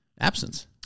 absence